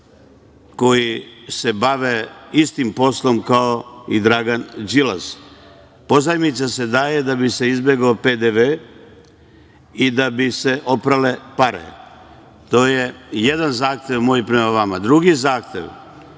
koji se bave istim poslom kao i Dragan Đilas. Pozajmica se daje da bi se izbegao PDV i da bi se oprale pare. To je jedan zahtev moj prema vama. Drugi zahtev